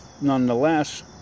nonetheless